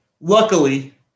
luckily